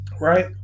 right